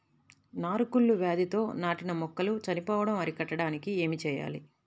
నారు కుళ్ళు వ్యాధితో నాటిన మొక్కలు చనిపోవడం అరికట్టడానికి ఏమి చేయాలి?